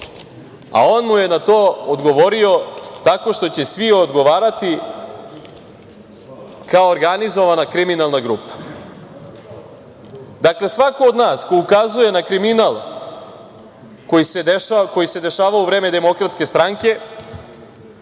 a on mu je na to odgovorio - tako što će svi odgovarati kao organizovana kriminalna grupa. Dakle, svako od nas ko ukazuje na kriminal koji se dešavao u vreme Demokratske stranke,